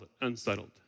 unsettled